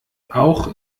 auch